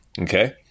Okay